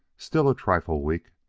still a trifle weak,